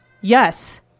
Yes